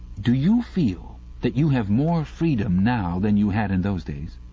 do you feel that you have more freedom now than you had in those days?